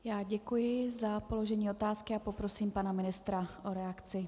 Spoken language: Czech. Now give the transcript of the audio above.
Já děkuji za položení otázky a poprosím pana ministra o reakci.